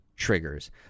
triggers